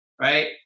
right